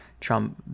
Trump